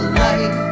light